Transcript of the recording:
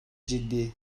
ciddi